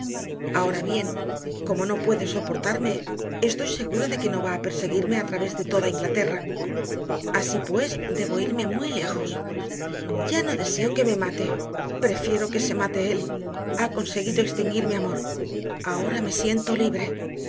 ahora bien como no puede soportarme estoy segura de que no va a perseguirme a través de toda inglaterra así pues debo irme muy lejos ya no deseo que me mate prefiero que se mate él ha conseguido extinguir mi amor ahora me siento libre